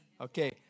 Okay